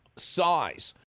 Size